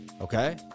okay